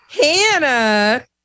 Hannah